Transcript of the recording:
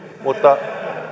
mutta